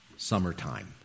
summertime